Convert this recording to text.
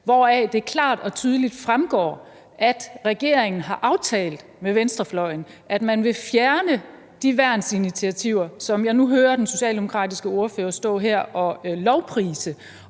hvoraf det klart og tydeligt fremgår, at regeringen har aftalt med venstrefløjen, at man vil fjerne de værnsinitiativer, som jeg nu hører den socialdemokratiske ordfører stå her og lovprise.